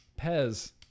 pez